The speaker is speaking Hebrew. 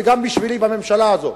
וגם בשבילי בממשלה הזאת,